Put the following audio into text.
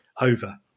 over